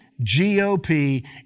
GOP